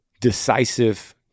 decisive